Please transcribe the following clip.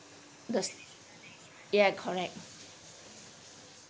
the ya correct